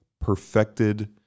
perfected